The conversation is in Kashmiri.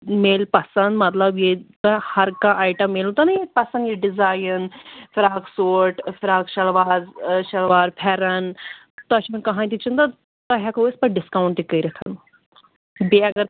میلہِ پسنٛد مطلب ییٚلہِ ہر کانٛہہ ایٹم ییٚلہِ نہٕ تۅہہِ یہِ پسنٛد یہِ ڈِزاین فِراکھ سوٗٹ فِراکھ شِلوار شِلوار پھٮ۪رن تۄہہِ چھُنہٕ کٲنٛہے تہِ چنتا تۄہہِ ہٮ۪کو أسۍ پتہٕ ڈِسکاوُنٛٹ تہِ کٔرِتھ بیٚیہِ اگر تۄہہِ